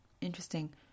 interesting